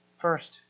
first